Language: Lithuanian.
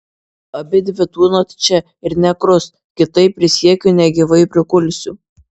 abidvi tūnot čia ir nė krust kitaip prisiekiu negyvai prikulsiu